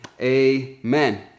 amen